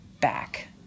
back